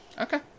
Okay